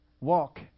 walk